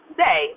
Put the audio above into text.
say